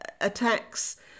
attacks